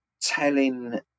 telling